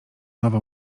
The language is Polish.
nowa